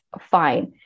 fine